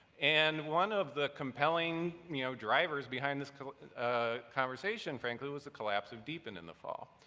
and one of the compelling you know drivers behind this ah conversation, frankly, was the collapse of dpn in the fall.